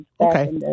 Okay